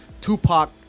Tupac